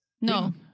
No